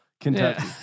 Kentucky